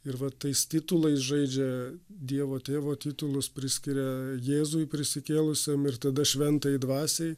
ir va tais titulais žaidžia dievo tėvo titulus priskiria jėzui prisikėlusiam ir tada šventajai dvasiai